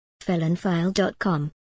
FelonFile.com